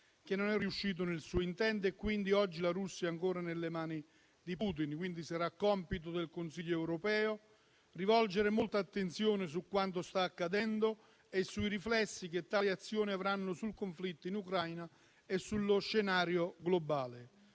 che non è riuscito nel suo intento, e quindi oggi la Russia è ancora nelle mani di Putin. Sarà compito del Consiglio europeo rivolgere molta attenzione a quanto sta accadendo e ai riflessi che tale azione avrà sul conflitto in Ucraina e sullo scenario globale.